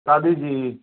ਸਾਡੀ ਜੀ